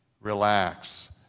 relax